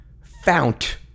fount